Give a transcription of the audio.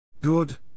Good